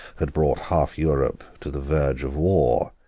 had brought half europe to the verge of war,